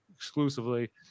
exclusively